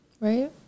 right